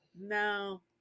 No